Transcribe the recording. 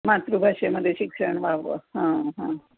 मातृभाषेमध्ये शिक्षण व्हावं हां हां